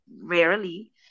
rarely